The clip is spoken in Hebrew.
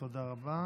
תודה רבה.